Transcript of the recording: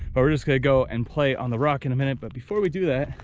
well we're just gonna go and play on the rock in a minute but before we do that,